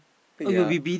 yea